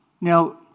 Now